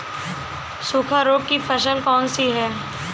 सूखा रोग की फसल कौन सी है?